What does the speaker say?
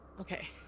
Okay